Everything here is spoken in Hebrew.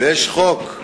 ויש חוק.